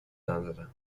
ندارن